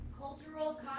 Cultural